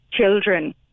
children